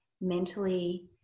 mentally